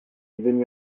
devenu